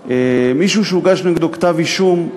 ומייצג מישהו שהוגש נגדו כתב אישום,